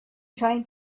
trying